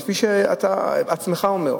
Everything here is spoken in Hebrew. כפי שאתה עצמך אומר.